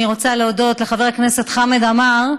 אני רוצה להודות לחבר הכנסת חַמֵד עמאר,